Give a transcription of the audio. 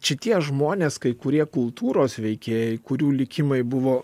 šitie žmonės kai kurie kultūros veikėjai kurių likimai buvo